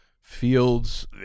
Fields